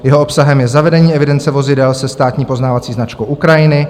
Jeho obsahem je zavedení evidence vozidel se státní poznávací značkou Ukrajiny.